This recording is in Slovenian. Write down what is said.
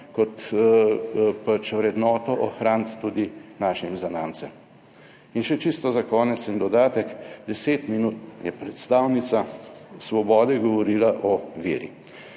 kot pač vrednoto ohraniti tudi našim zanamcem. In še čisto za konec en dodatek. 10 minut je predstavnica Svobode govorila o veri,